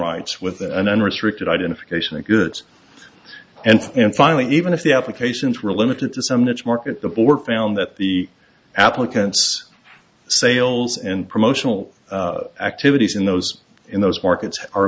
rights with an unrestricted identification of goods and and finally even if the applications were limited to some niche market the board found that the applicants sales and promotional activities in those in those markets are